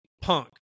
Punk